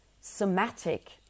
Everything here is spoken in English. somatic